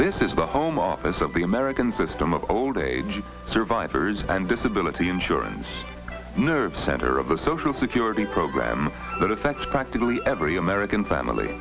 this is the home office of the american system of old age survivors and disability insurance nerve center of the social security program that affects practically every american family